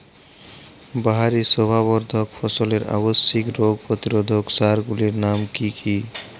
বাহারী শোভাবর্ধক ফসলের আবশ্যিক রোগ প্রতিরোধক সার গুলির নাম কি কি?